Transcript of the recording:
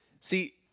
See